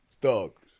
thugs